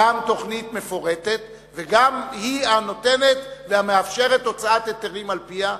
גם תוכנית מפורטת וגם היא הנותנת והמאפשרת הוצאת היתרים על-פיה,